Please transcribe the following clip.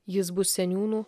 jis bus seniūnų